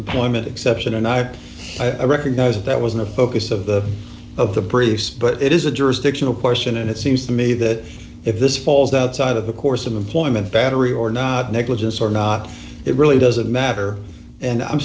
employment exception and i recognize that was the focus of the of the briefs but it is a jurisdictional question and it seems to me that if this falls outside of the course of employment battery or not negligence or not it really doesn't matter and i'm